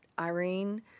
Irene